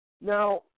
Now